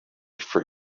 for